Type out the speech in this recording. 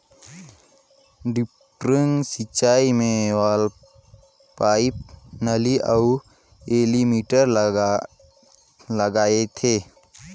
drip सिंचई मे valve, pipe, नली अउ एलीमिटर लगाथें